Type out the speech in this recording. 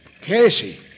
Casey